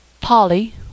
Polly